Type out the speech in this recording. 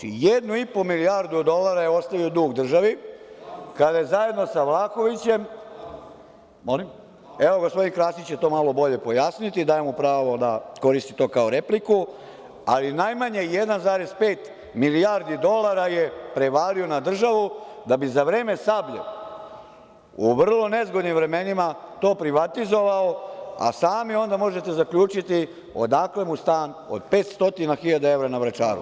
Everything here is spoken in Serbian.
Znači, 1,5 milijardu dolara je ostavio dug državi, kada je zajedno sa Vlahovićem, gospodin Krasić će to malo bolje pojasniti, dajem mu pravo da koristi to kao repliku, ali najmanje 1,5 milijardi dolara je prevalio na državu, da bi za vreme „Sablje“, u vrlo nezgodnim vremenima, to privatizovao, a sami onda možete zaključiti odakle mu stan od 500 hiljada evra na Vračaru.